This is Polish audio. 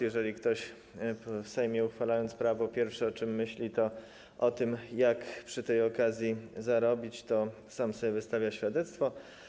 Jeżeli ktoś w Sejmie, uchwalając prawo, w pierwszej kolejności myśli o tym, jak przy tej okazji zarobić, to sam sobie wystawia świadectwo.